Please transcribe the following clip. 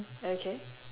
okay